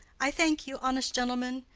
i thank you, honest gentlemen.